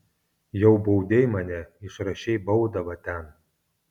jau baudei mane išrašei baudą va ten